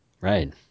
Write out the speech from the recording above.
Right